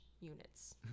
units